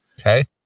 Okay